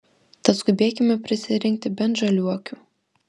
tad skubėkime prisirinkti bent žaliuokių